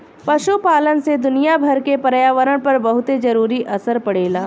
पशुपालन से दुनियाभर के पर्यावरण पर बहुते जरूरी असर पड़ेला